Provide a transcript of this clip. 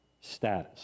status